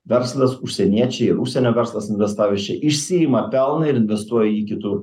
verslas užsieniečiai ir užsienio verslas investavęs čia išsiima pelnąir investuoja jį kitur